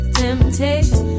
temptation